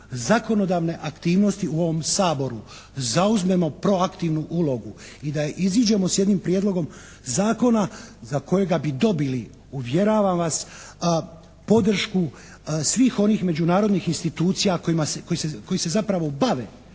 zakonodavne aktivnosti u ovom Saboru zauzmemo proaktivnu ulogu i da iziđemo s jednim prijedlogom zakona za kojega bi dobili uvjeravam vas, podršku svih onih međunarodnih institucija koji se zapravo bave